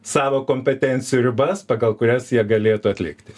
savo kompetencijų ribas pagal kurias jie galėtų atlikti